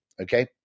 okay